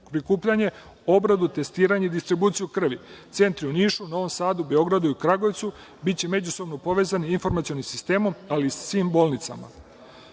prikupljanje, obradu, testiranje i distribuciju krvi. Centri u Nišu, Novom Sadu, Beogradu i Kragujevcu biće međusobno povezani informacionim sistemom, ali i sa svim bolnicama. Predlog